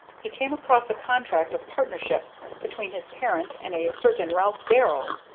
he came across a contract of partnership between his parent and a certain ralph darrell.